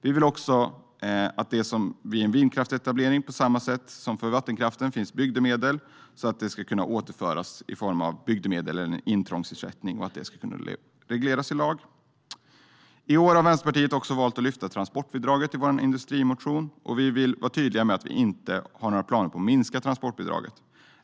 Vi vill också att det vid en vindkraftsetablering, på samma sätt som för vattenkraften, finns bygdemedel så att det ska kunna återföras i form av bygdemedel eller intrångsersättning. Det ska kunna regleras i lag. I år har vi i Vänsterpartiet också valt att lyfta fram transportbidraget i vår industrimotion. Vi vill vara tydliga att vi inte har några planer på att minska transportbidraget.